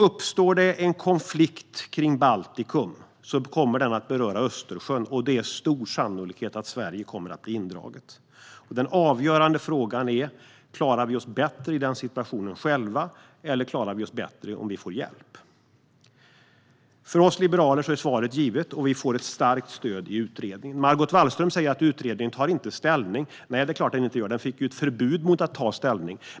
Uppstår det en konflikt kring Baltikum kommer den att beröra Östersjön, och det är stor sannolikhet att Sverige kommer att bli indraget. Den avgörande frågan är: Klarar vi oss bättre själva i den situationen, eller klarar vi oss bättre om vi får hjälp? För oss liberaler är svaret givet, och vi får ett starkt stöd i utredningen. Margot Wallström säger att utredningen inte tar ställning. Nej, det är klart att den inte gör det - den fick ju ett förbud mot att ta ställning.